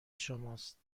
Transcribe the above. شماست